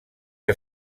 que